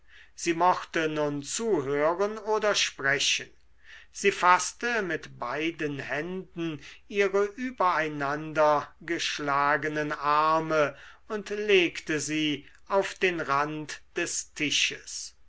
sie mochte nun zuhören oder sprechen sie faßte mit beiden händen ihre über einander geschlagenen arme und legte sie auf den rand des tisches